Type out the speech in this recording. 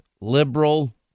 liberal